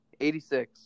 86